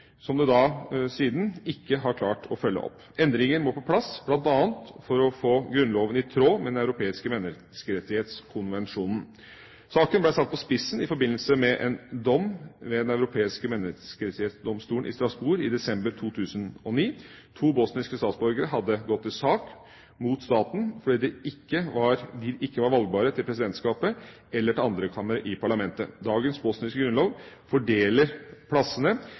som det siden ikke har klart å følge opp. Endringer må på plass, bl.a. for å få grunnloven i tråd med Den europeiske menneskerettskonvensjon. Saken ble satt på spissen i forbindelse med en dom ved Den europeiske menneskerettighetsdomstol i Strasbourg i desember 2009. To bosniske statsborgere hadde gått til sak mot staten fordi de ikke var valgbare til presidentskapet eller til andrekammeret i parlamentet. Dagens bosniske grunnlov fordeler plassene